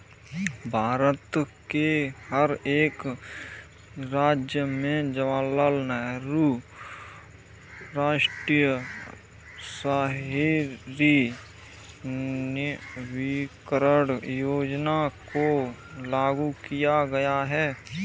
भारत के हर एक राज्य में जवाहरलाल नेहरू राष्ट्रीय शहरी नवीकरण योजना को लागू किया गया है